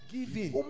Giving